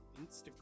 Instagram